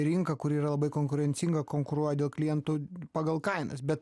rinka kuri yra labai konkurencinga konkuruoja dėl klientų pagal kainas bet